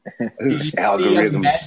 algorithms